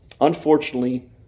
unfortunately